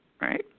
right